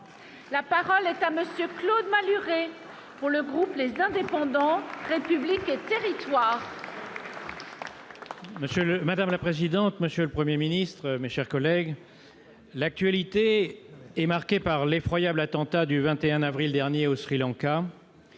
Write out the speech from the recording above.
La parole est à monsieur Claude Malhuret pour le groupe, les indépendants républiques territoires. Monsieur le madame la présidente, monsieur le 1er ministre, mes chers collègues, l'actualité est marquée par l'effroyable attentat du 21 avril dernier au Sri Lanka,